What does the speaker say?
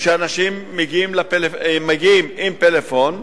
שאנשים מגיעים עם פלאפון,